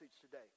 today